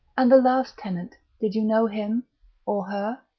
and the last tenant did you know him or her?